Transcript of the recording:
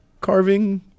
carving